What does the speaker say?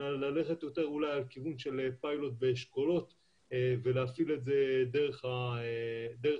אלא ללכת יותר על כיוון של פיילוט באשכולות ולהפעיל את זה דרך האשכולות.